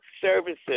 services